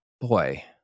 boy